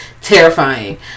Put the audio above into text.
terrifying